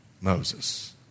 Moses